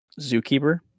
Zookeeper